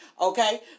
Okay